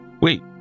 Wait